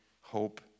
hope